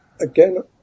again